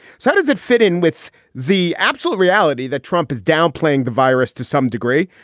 so how does it fit in with the absolute reality that trump is downplaying the virus to some degree?